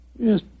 Yes